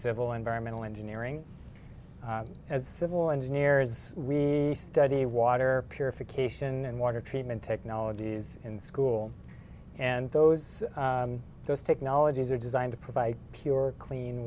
civil environmental engineering as civil engineers we study water purification and water treatment technologies in school and those those technologies are designed to provide pure clean